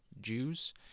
Jews